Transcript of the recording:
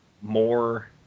more